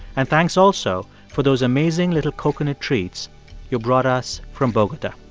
and thanks also for those amazing little coconut treats you brought us from bogota.